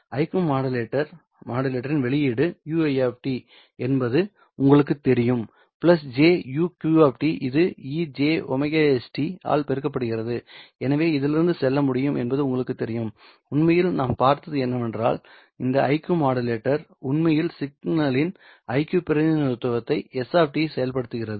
iq மாடுலேட்டரின் வெளியீடு ui என்பது உங்களுக்குத் தெரியும் j uq இது e jωs t ஆல் பெருக்கப்படுகிறது எனவே இதிலிருந்து செல்ல முடியும் என்பது உங்களுக்குத் தெரியும் உண்மையில் நாம் பார்த்தது என்னவென்றால் இந்த iq மாடுலேட்டர் உண்மையில் சிக்னலின் iq பிரதிநிதித்துவத்தை s செயல்படுத்துகிறது